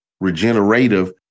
regenerative